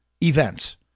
events